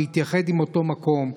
להתייחד עם אותו מקום.